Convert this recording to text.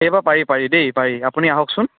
এইবাৰ পাৰি পাৰি দেই পাৰি আপুনি আহকচোন